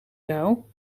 kou